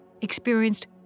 experienced